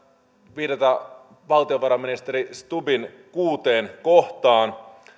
viitata valtiovarainministeri stubbin kuuteen kohtaan